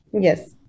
Yes